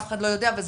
אף אחד לא יודע וזה,